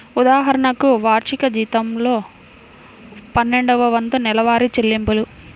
ఉదాహరణకు, వార్షిక జీతంలో పన్నెండవ వంతు నెలవారీ చెల్లింపులు